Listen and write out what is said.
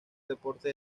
deporte